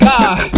God